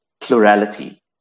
plurality